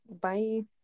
Bye